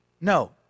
no